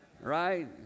right